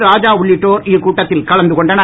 ராஜா உள்ளிட்டோர் இக்கூட்டத்தில் கலந்து கொண்டனர்